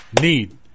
Need